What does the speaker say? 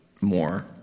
more